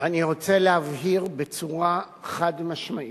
אני רוצה להבהיר בצורה חד-משמעית: